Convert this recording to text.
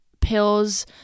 pills